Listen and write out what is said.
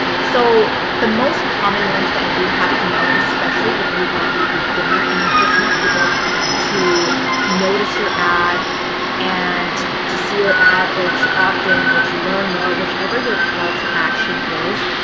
so the most common ones that you have to know, especially if you are a beginner and you just want people to notice your ad and to see your ad, or to opt in, or to learn more. whatever your call to action is,